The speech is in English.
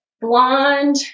blonde